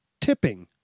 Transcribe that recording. tipping